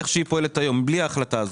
כפי שהיא פועלת היום, בלי ההחלטה הזאת.